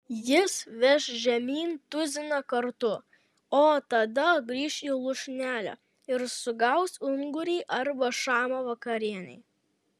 jis veš žemyn tuziną kartų o tada grįš į lūšnelę ir sugaus ungurį arba šamą vakarienei